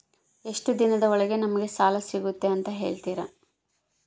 ಎಷ್ಟು ದಿನದ ಒಳಗೆ ನಮಗೆ ಸಾಲ ಸಿಗ್ತೈತೆ ಅಂತ ಹೇಳ್ತೇರಾ?